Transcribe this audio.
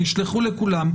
תשלחו לכולם,